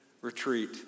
retreat